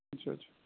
اچھا اچھا